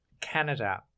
Canada